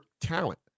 talent